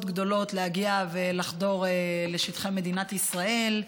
גדולות להגיע ולחדור לשטחי מדינת ישראל,